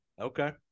Okay